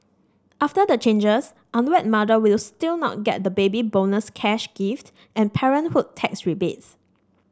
after the changes unwed mothers will still not get the Baby Bonus cash gift and parenthood tax rebates